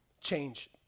Change